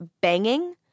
banging